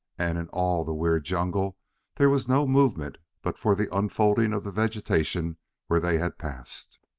and in all the weird jungle there was no movement but for the unfolding of the vegetation where they had passed.